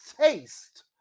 taste